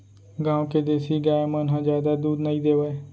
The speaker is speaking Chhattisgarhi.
गॉँव के देसी गाय मन ह जादा दूद नइ देवय